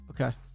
Okay